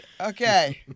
Okay